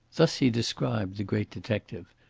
thus he described the great detective,